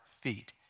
feet